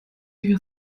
you